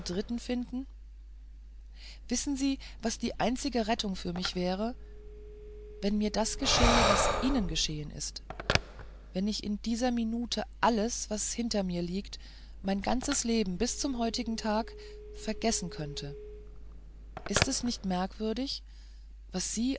finden wissen sie was die einzige rettung für mich wäre wenn mir das geschähe was ihnen geschehen ist wenn ich in dieser minute alles was hinter mir liegt mein ganzes leben bis zum heutigen tag vergessen könnte ist es nicht merkwürdig was sie